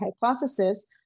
hypothesis